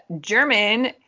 German